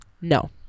No